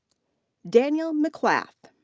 daniel mcilrath.